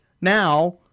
now